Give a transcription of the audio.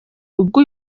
ubwo